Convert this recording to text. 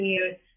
use